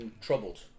troubled